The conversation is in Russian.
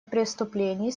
преступлений